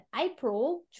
April